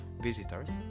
visitors